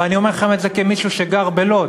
ואני אומר לכם את זה כמישהו שגר בלוד,